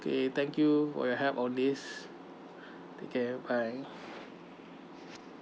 okay thank you for your help on this take care bye